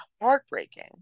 heartbreaking